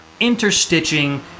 interstitching